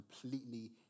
completely